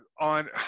on